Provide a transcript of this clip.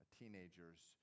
teenager's